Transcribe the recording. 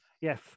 Yes